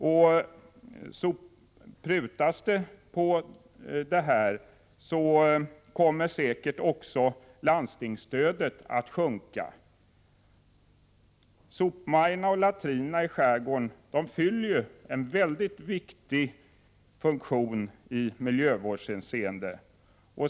Och prutas det på statens stöd, kommer säkert också landstingsstödet att sjunka. Sopmajorna och latrinerna i skärgården fyller en mycket viktig funktion i miljövårdshänseende.